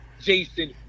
Jason